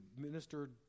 minister